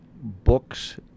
books